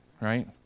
right